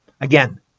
again